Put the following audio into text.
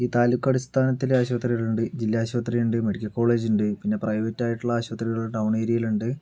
ഈ താലൂക്ക് അടിസ്ഥാനത്തിൽ ആശുപതികൾ ഉണ്ട് ജില്ലാ ആശുപത്രിയുണ്ട് മെഡിക്കൽ കോളേജുണ്ട് പിന്നെ പ്രൈവറ്റ് ആയിട്ടുള്ള ആശുപത്രികള് ടൗൺ ഏരിയയിലുണ്ട്